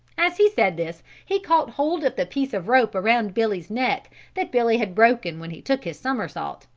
as he said this he caught hold of the piece of rope around billy's neck that billy had broken when he took his somersault,